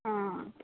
ಹಾಂ